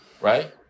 right